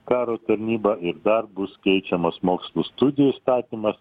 karo tarnybą ir dar bus keičiamas mokslų studijų įstatymas